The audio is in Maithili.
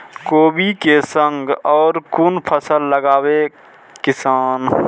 कोबी कै संग और कुन फसल लगावे किसान?